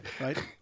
Right